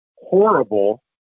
horrible